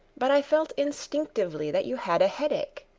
but i felt instinctively that you had a headache.